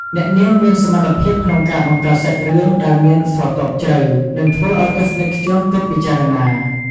អ្នកនាងមានសមត្ថភាពក្នុងការបង្កើតសាច់រឿងដែលមានស្រទាប់ជ្រៅ និងធ្វើឱ្យទស្សនិកជនគិតពិចារណា។